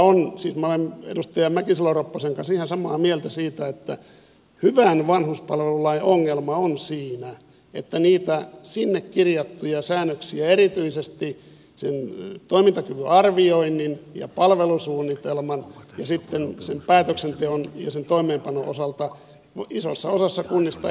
minä olen edustaja mäkisalo ropposen kanssa ihan samaa mieltä siitä että hyvän vanhuspalvelulain ongelma on siinä että niitä sinne kirjattuja säännöksiä erityisesti sen toimintakyvyn arvioinnin ja palvelusuunnitelman ja sitten sen päätöksenteon ja toimeenpanon osalta ei noudateta isossa osassa kunnista